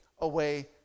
away